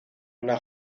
una